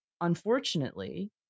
unfortunately